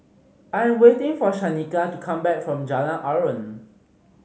I am waiting for Shanika to come back from Jalan Aruan